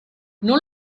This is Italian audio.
non